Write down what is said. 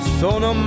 sono